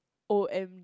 O M